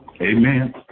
Amen